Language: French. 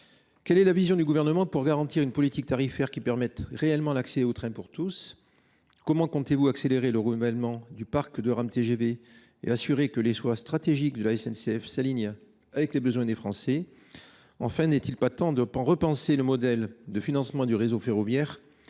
Comment le Gouvernement entend il garantir une politique tarifaire permettant réellement l’accès au train pour tous ? Comment comptez vous accélérer le renouvellement du parc de rames TGV et assurer que les choix stratégiques de la SNCF s’alignent sur les besoins des Français ? Enfin, n’est il pas temps de repenser le modèle de financement de notre réseau ferroviaire,